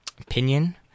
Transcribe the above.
opinion